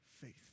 faith